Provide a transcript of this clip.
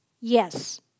Yes